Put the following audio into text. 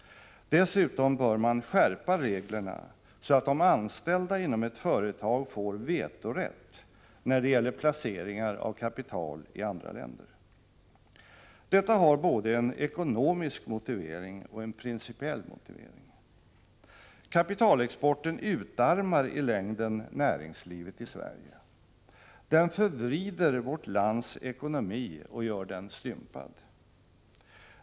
Dessutom bör man skärpa reglerna, så att de anställda inom ett företag får vetorätt när det gäller placeringar av kapital i andra länder. Detta har både en ekonomisk motivering och en principiell motivering. Kapitalexporten utarmar i längden näringslivet i Sverige. Den förvrider vårt lands ekonomi och gör den stympad.